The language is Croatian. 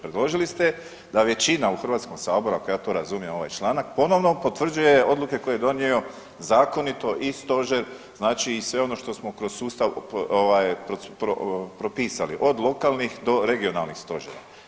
Predložili ste da većina u HS ako ja to razumijem ovaj članak ponovno potvrđuje odluke koje je donio zakonito i stožer znači i sve ono što smo kroz sustav ovaj propisali, od lokalnih do regionalnih stožera.